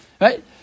Right